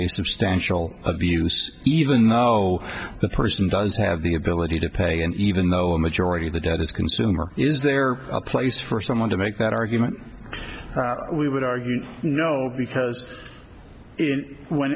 a substantial abuse even though the person does have the ability to pay and even though a majority of the debt is consumer is there a place for someone to make that argument we would argue no because